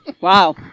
Wow